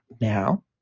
now